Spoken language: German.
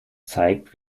zeigt